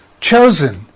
chosen